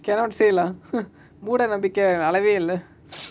cannot say lah மூட நம்பிக்க ஒரு அளவே இல்ல:mooda nambika oru alave illa